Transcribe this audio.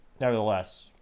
nevertheless